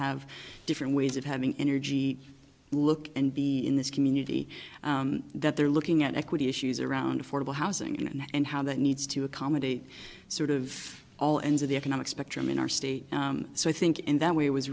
have different ways of having energy look and be in this community that they're looking at equity issues around affordable housing and how that needs to accommodate sort of all ends of the economic spectrum in our state so i think in that way it was